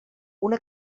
una